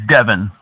Devin